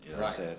Right